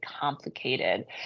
complicated